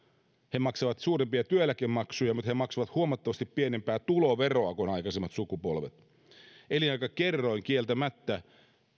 he maksavat suurempia työeläkemaksuja mutta he maksavat huomattavasti pienempää tuloveroa kuin aikaisemmat sukupolvet elinaikakerroin kieltämättä